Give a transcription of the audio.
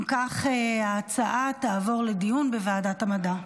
אם כך, ההצעה תעבור לדיון בוועדת המדע.